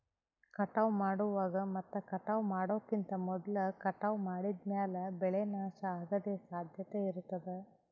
ಕಟಾವ್ ಮಾಡುವಾಗ್ ಮತ್ ಕಟಾವ್ ಮಾಡೋಕಿಂತ್ ಮೊದ್ಲ ಕಟಾವ್ ಮಾಡಿದ್ಮ್ಯಾಲ್ ಬೆಳೆ ನಾಶ ಅಗದ್ ಸಾಧ್ಯತೆ ಇರತಾದ್